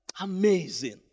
Amazing